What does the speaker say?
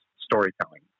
storytelling